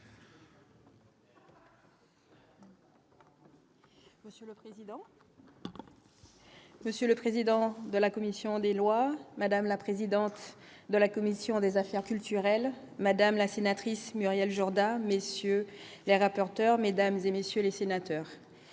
Monsieur le président de la commission des lois, madame la présidente de la commission des affaires culturelles, madame la sénatrice Muriel Jordan messieurs les rapporteurs, mesdames et messieurs les sénateurs,